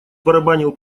барабанил